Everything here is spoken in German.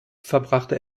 verbrachte